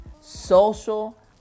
social